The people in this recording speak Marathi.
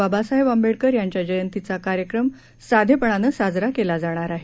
बाबासाहेब आंबेडकर यांच्या जयंतीचा कार्यक्रम साधेपणानं साजरा केला जाणार आहे